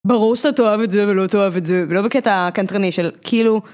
ברור שאתה תאהב את זה ולא תאהב את זה ולא בקטע הקנטרני של כאילו.